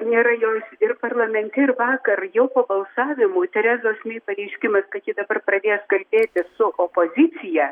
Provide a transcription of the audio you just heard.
nėra jos ir parlamente ir vakar jau po balsavimų terezos mei pareiškimas kad ji dabar pradės kalbėtis su opozicija